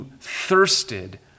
thirsted